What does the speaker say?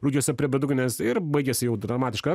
rugiuose prie bedugnės ir baigiasi jau dramatiška